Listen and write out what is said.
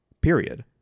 period